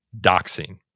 doxing